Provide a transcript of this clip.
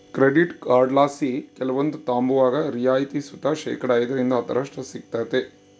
credit ಕಾರ್ಡ್ಲಾಸಿ ಕೆಲವೊಂದು ತಾಂಬುವಾಗ ರಿಯಾಯಿತಿ ಸುತ ಶೇಕಡಾ ಐದರಿಂದ ಹತ್ತರಷ್ಟು ಸಿಗ್ತತೆ